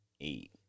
Eight